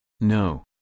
No